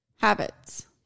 habits